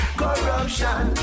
corruption